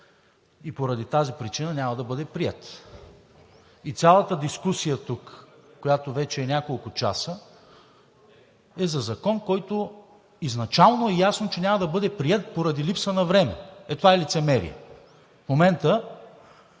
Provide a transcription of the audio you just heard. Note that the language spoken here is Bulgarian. и поради тази причина няма да бъде приет. И цялата дискусия тук, която вече е няколко часа, е за закон, който изначално е ясно, че няма да бъде приет поради липса на време. Е, това е лицемерие. В момента